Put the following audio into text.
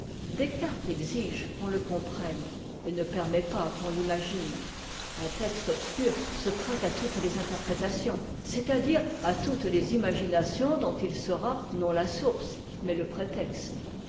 descartes exige qu'on le comprenne et ne permet pas qu'on l'imagine un texte obscur se prête à toutes les interprétations c'est-à-dire à toutes les imaginations dont il sera non la source mais le prétexte